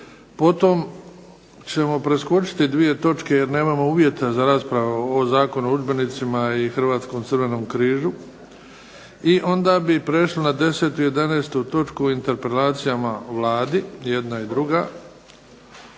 potom ćemo preskočiti dvije točke jer nemamo uvjete za raspravu. Ovo Zakon o udžbenicima i Hrvatskom crvenom križu i onda bi prešli na 10. i 11. točku, interpelacijama Vlade jedna i druga.